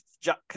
jack